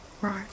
Right